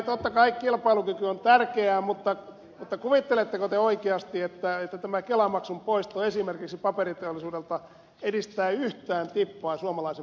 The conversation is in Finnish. totta kai kilpailukyky on tärkeä mutta kuvitteletteko te oikeasti että tämä kelamaksun poisto esimerkiksi paperiteollisuudelta edistää yhtään tippaa suomalaisen paperin vientiä